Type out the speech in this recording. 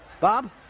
Bob